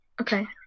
Okay